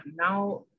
now